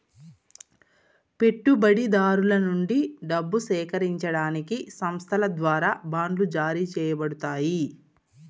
పెట్టుబడిదారుల నుండి డబ్బు సేకరించడానికి సంస్థల ద్వారా బాండ్లు జారీ చేయబడతాయి